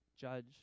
judge